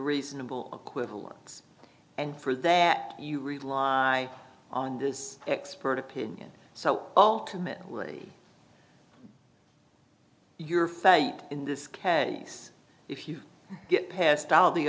reasonable acquittal works and for that you rely on this expert opinion so ultimately your fate in this case if you get past all the